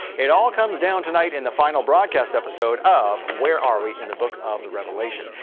it all comes down tonight in the final broadcast episode of where are we in the book of the revelation?